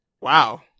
Wow